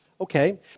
okay